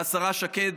והשרה שקד,